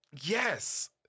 Yes